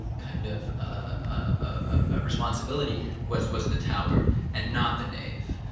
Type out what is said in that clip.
kind of ah responsibility was was the tower and not the nave.